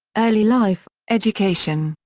early life, education,